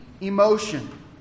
emotion